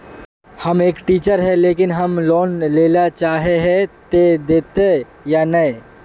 हम एक टीचर है लेकिन हम लोन लेले चाहे है ते देते या नय?